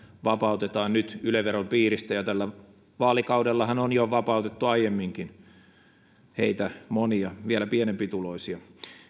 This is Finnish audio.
vapautetaan nyt yle veron piiristä ja tällä vaalikaudellahan on vapautettu jo aiemminkin monia vielä pienempituloisia